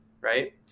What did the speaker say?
right